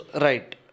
Right